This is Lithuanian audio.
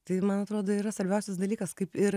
tai man atrodo yra svarbiausias dalykas kaip ir